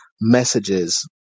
messages